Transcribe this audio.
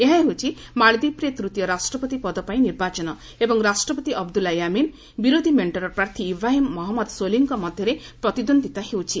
ଏହା ହେଉଛି ମାଳଦ୍ୱୀପରେ ତ୍ତୀୟ ରାଷ୍ଟ୍ରପତି ପଦପାଇଁ ନିର୍ବାଚନ ଏବଂ ରାଷ୍ଟ୍ରପତି ଅବଦୁଲ୍ଲା ୟାମିନ୍ ବିରୋଧ ମେକ୍ଷର ପ୍ରାର୍ଥୀ ଇବ୍ରାହିମ୍ ମହଞ୍ଜଦ ସୋଲିହଙ୍କ ମଧ୍ୟରେ ପ୍ରତିଦ୍ୱନ୍ଦିତା ହେଉଛି